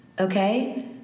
Okay